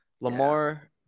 Lamar